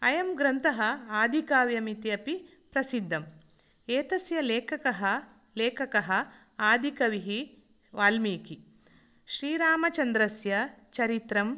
अयं ग्रन्थः आदिकाव्यम् इत्यपि प्रसिद्धम् एतस्य लेखकः लेखकः आदिकविः वाल्मीकि श्रीरामचन्द्रस्य चरित्रम्